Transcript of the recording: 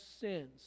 sins